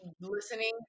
listening